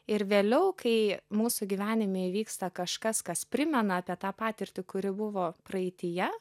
ir vėliau kai mūsų gyvenime įvyksta kažkas kas primena apie tą patirtį kuri buvo praeityje